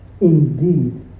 indeed